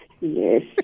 Yes